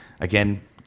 again